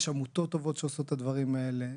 יש עמותות טובות שעושות את הדברים האלה,